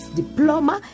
diploma